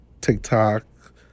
tiktok